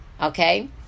Okay